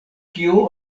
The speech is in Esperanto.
kio